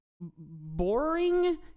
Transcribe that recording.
boring